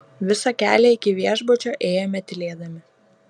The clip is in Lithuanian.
visą kelią iki viešbučio ėjome tylėdami